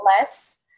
less